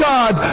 God